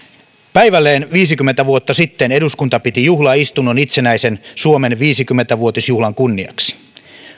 päivälleen viisikymmentä vuotta sitten eduskunta piti juhlaistunnon itsenäisen suomen viisikymmentä vuotisjuhlan kunniaksi